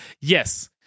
Yes